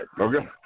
Okay